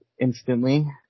instantly